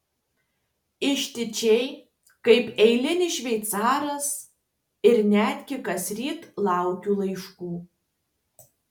išdidžiai kaip eilinis šveicaras ir netgi kasryt laukiu laiškų